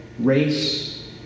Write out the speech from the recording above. race